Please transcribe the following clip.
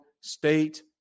state